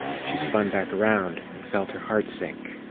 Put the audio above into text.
she spun back around and felt her heart sink.